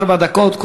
כמה דקות?